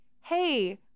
hey